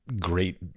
great